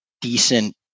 decent